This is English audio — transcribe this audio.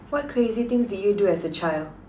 what crazy things did you do as a child